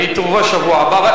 והיא תובא בשבוע הבא.